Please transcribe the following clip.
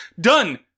Done